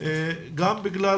גם בגלל